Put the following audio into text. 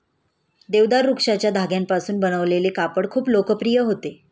देवदार वृक्षाच्या धाग्यांपासून बनवलेले कापड खूप लोकप्रिय होते